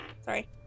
sorry